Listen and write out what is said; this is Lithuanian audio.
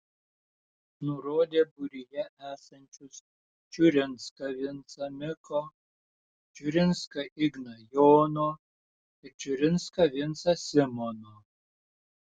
nurodė būryje esančius čiurinską vincą miko čiurinską igną jono ir čiurinską vincą simono